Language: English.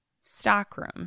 stockroom